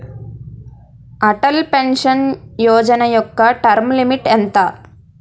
Atal pension Yojana యెక్క term limit ఎంత?